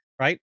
right